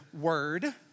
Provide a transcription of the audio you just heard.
word